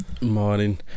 Morning